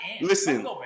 Listen